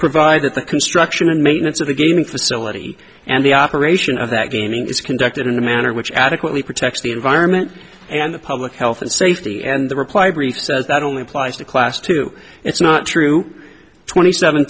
provide that the construction and maintenance of the gaming facility and the operation of that gaming is conducted in a manner which adequately protect the environment and the public health and safety and the reply brief says that only applies to class two it's not true twenty seven